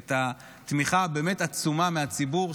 תמיכה באמת עצומה מהציבור,